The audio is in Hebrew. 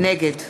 נגד